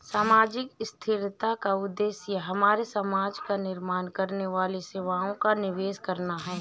सामाजिक स्थिरता का उद्देश्य हमारे समाज का निर्माण करने वाली सेवाओं का निवेश करना है